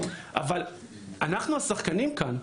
אבל אנחנו השחקנים כאן,